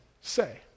say